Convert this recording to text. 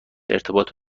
ارتباط